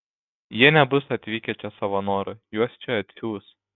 jie nebus atvykę čia savo noru juos čia atsiųs